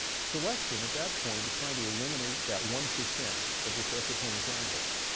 selection, at that point, is trying to eliminate that one percent of recessive homozygotes.